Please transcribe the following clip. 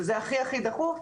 וזה הכי הכי דחוף,